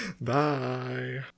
Bye